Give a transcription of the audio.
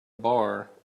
bar